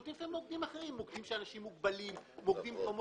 נותנות לפעמים גם מוקדים אחרים מוקדים לאנשים עם מוגבלות וכן הלאה.